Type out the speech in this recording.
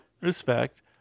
Respect